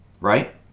right